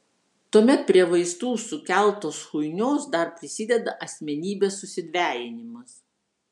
tuomet prie vaistų sukeltos chuinios dar prisideda asmenybės susidvejinimas